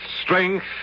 Strength